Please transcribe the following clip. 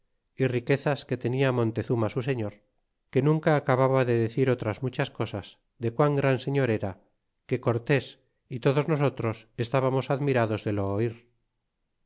y riquezas que tenia montezuma su señor que nunca acababa de decir otras muchas cosas de quan gran señor era que cortés y todos nosotros estábamos admirados de lo oir